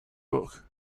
book